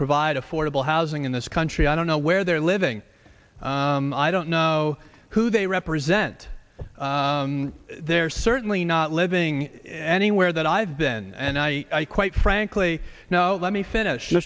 provide affordable housing in this country i don't know where they're living i don't know who they represent they're certainly not living anywhere that i've been and i quite frankly let me finish